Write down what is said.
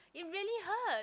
it really hurts